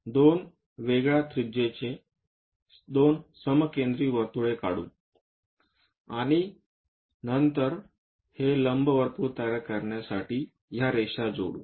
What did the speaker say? आपण दोन वेगळ्या त्रिज्येचे दोन समकेंद्री वर्तुळे काढू आणि नंतर हे लंबवर्तुळ तयार करण्यासाठी ह्या रेखा जोडू